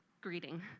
greeting